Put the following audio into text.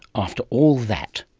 after all that.